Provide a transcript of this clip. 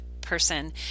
person